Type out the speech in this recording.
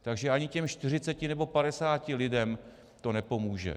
Takže ani těm 40 nebo 50 lidem to nepomůže.